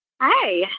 Hi